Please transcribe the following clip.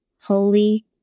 Holy